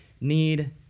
need